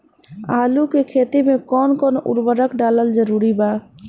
आलू के खेती मे कौन कौन उर्वरक डालल जरूरी बा?